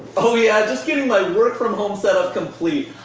oh yeah, just getting my work from home set-up complete.